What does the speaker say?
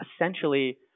essentially